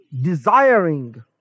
desiring